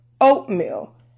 oatmeal